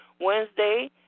Wednesday